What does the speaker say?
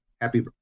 Happy